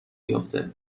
بیفته